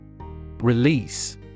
Release